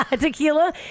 tequila